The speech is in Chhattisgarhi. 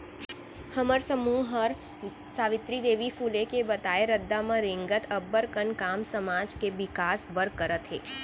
हमर समूह हर सावित्री देवी फूले के बताए रद्दा म रेंगत अब्बड़ कन काम समाज के बिकास बर करत हे